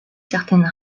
certaines